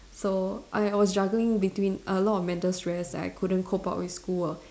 so I was juggling between a lot of mental stress that I couldn't cope up with school work